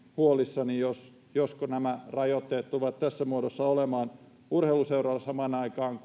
huolissani siitä josko nämä rajoitteet tulevat tässä muodossa olemaan urheiluseuroilla samaan aikaan